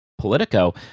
Politico